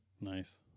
Nice